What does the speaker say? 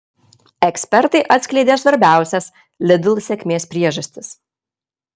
ekspertai atskleidė svarbiausias lidl sėkmės priežastis